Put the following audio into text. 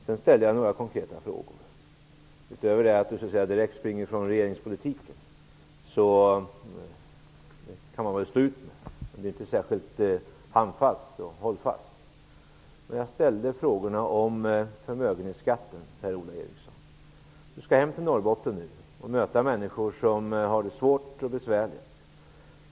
Sedan ställde jag några konkreta frågor, utöver att Per-Ola Eriksson direkt springer ifrån regeringspolitiken, vilket man väl kan stå ut med även om det inte är särskilt handfast och hållfast. Jag ställde en fråga om förmögenhetsskatten. Per Ola Eriksson skall hem till Norrbotten och möta människor som har det svårt och besvärligt.